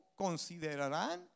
considerarán